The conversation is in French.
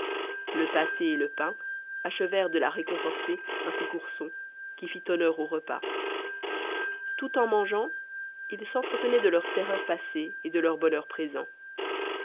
le pâté et le pain achevèrent de la réconforter ainsi qu'ourson qui fit honneur au repas tout en mangeant ils s'entretenaient de leurs terreurs passées et de leur bonheur présent